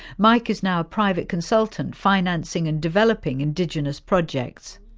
mike is now a private consultant financing and developing indigenous projects.